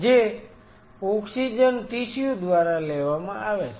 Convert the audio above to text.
જે oxygen tissue દ્વારા લેવામાં આવે છે